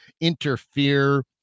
interfere